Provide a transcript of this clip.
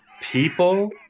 people